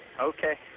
Okay